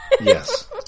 yes